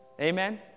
Amen